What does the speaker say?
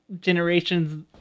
generations